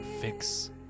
fix